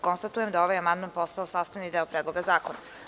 Konstatujem da je ovaj amandman postao sastavni deo Predloga zakona.